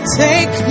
take